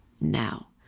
Now